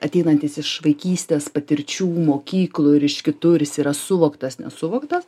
ateinantys iš vaikystės patirčių mokyklų ir iš kitur jis yra suvoktas nesuvoktas